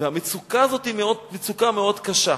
המצוקה הזאת היא מצוקה מאוד קשה.